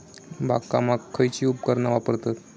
बागकामाक खयची उपकरणा वापरतत?